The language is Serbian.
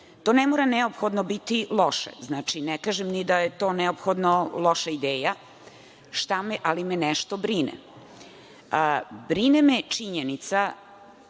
To ne mora neophodno biti loše, ne kažem ni da je to neophodno loša ideja, ali me nešto brine. Brine me činjenica